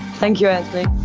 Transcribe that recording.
thank you antony.